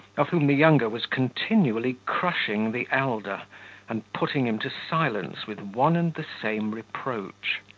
of whom the younger was continually crushing the elder and putting him to silence with one and the same reproach.